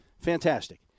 Fantastic